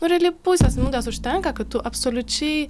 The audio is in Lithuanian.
nu realiai pusės minutės užtenka kad tu absoliučiai